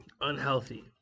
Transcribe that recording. unhealthy